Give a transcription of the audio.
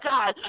God